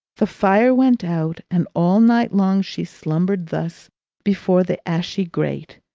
the fire went out, and all night long she slumbered thus before the ashy grate.